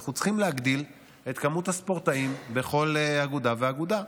אנחנו צריכים להגדיל את מספר הספורטאים בכל אגודה ואגודה.